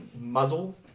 muzzle